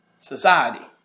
Society